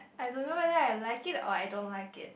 I don't know whether I like it or I don't like it